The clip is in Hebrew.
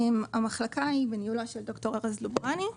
המחלקה היא בניהולו של ד"ר ארז לוברני.